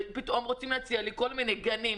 פתאום רוצים להציע לי כל מיני גנים,